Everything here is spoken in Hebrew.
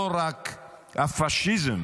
לא רק הפשיזם